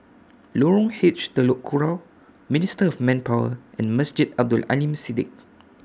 Lorong H Telok Kurau Ministry of Manpower and Masjid Abdul Aleem Siddique